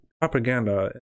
propaganda